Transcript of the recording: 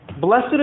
Blessed